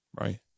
Right